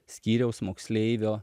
skyriaus moksleivio